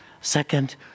Second